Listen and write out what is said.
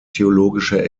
theologische